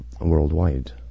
worldwide